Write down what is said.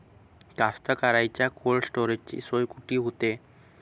कास्तकाराइच्या कोल्ड स्टोरेजची सोय कुटी होते?